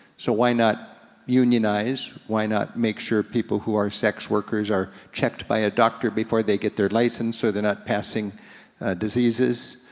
so why not unionize, why not make sure people who are sex workers are checked by a doctor before they get their license so they're not passing diseases.